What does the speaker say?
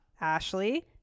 Ashley